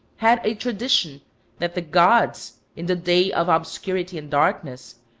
had a tradition that the gods, in the day of obscurity and darkness,